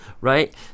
Right